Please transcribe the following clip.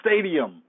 stadium